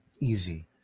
easy